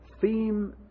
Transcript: theme